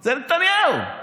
זה נתניהו.